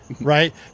right